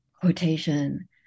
quotation